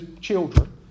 children